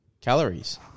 calories